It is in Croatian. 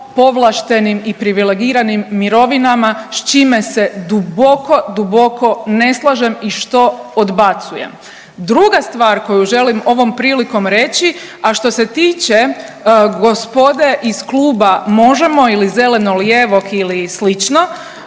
povlaštenim i privilegiranim mirovinama s čime se duboko, duboko ne slažem i što odbacujem. Druga stvar koju želim ovom prilikom reći, a što se tiče gospode iz kluba MOŽEMO ili Zeleno-lijevog ili slično